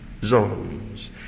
zones